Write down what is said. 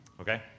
okay